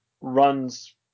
runs